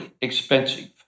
expensive